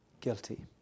Guilty